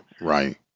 right